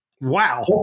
Wow